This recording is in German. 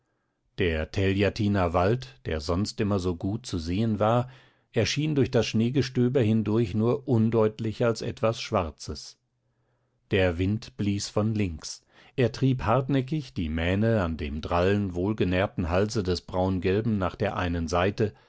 der teljatiner wald der sonst immer so gut zu sehen war erschien durch das schneegestöber hindurch nur undeutlich als etwas schwarzes der wind blies von links er trieb hartnäckig die mähne an dem drallen wohlgenährten halse des braungelben nach der einen seite